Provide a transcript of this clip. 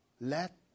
Let